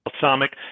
balsamic